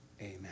Amen